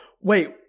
Wait